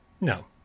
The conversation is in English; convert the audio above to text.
No